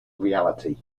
reality